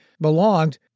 belonged